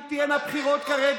אם תהיינה כרגע,